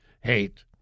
hate